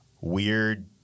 weird